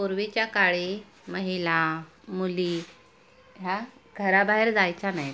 पूर्वीच्या काळी महिला मुली ह्या घराबाहेर जायच्या नाही आहेत